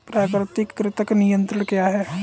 प्राकृतिक कृंतक नियंत्रण क्या है?